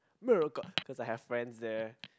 Morocco cause I have friends there